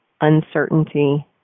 uncertainty